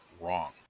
wrong